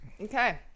Okay